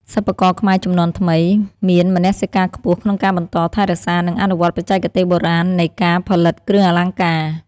សិប្បករខ្មែរជំនាន់ថ្មី មានមនសិការខ្ពស់ក្នុងការបន្ត ថែរក្សា និងអនុវត្តបច្ចេកទេសបុរាណ នៃការផលិតគ្រឿងអលង្ការ។